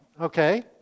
Okay